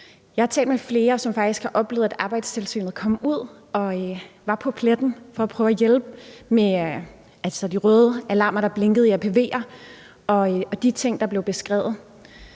Jeg har talt med flere, som faktisk har oplevet, at Arbejdstilsynet kom ud og var på pletten for at prøve at hjælpe med de røde lamper, der blinkede i apv'er, og de ting, der blev beskrevet.